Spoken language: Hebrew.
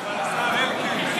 השר אלקין,